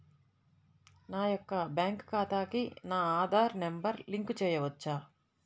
నా యొక్క బ్యాంక్ ఖాతాకి నా ఆధార్ నంబర్ లింక్ చేయవచ్చా?